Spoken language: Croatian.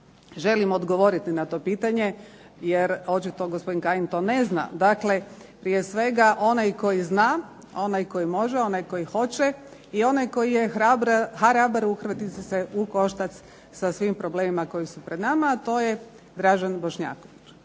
Želim odgovoriti na to pitanje jer očito gospodin Kajin to ne zna. Dakle, prije svega onaj koji zna, onaj koji može, onaj koji hoće i onaj koji je hrabar uhvatiti se u koštac sa svim problemima koji su pred nama a to je Dražen Bošnjaković.